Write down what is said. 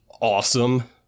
awesome